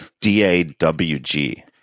D-A-W-G